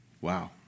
Wow